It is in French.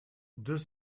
deux